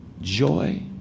joy